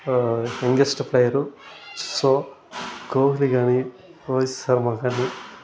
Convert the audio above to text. youngest player so Kohli కానీ రోహిత్ శర్మ కానీ